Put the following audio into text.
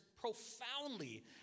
profoundly